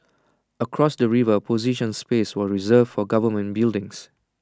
across the river A portion space was reserved for government buildings